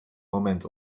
moment